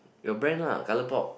your brand lah colour pop